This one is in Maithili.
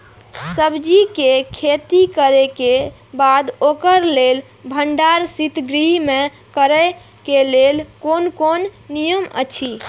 सब्जीके खेती करे के बाद ओकरा लेल भण्डार शित गृह में करे के लेल कोन कोन नियम अछि?